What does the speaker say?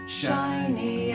shiny